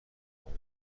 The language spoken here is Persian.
کنین